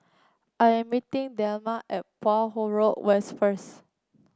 I'm meeting Delmas at Poh Huat Road West first